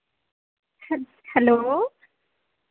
hello